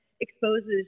exposes